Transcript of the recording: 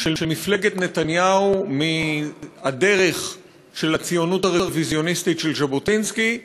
של מפלגת נתניהו מהדרך של הציונות הרוויזיוניסטית של ז'בוטינסקי,